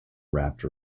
wrapped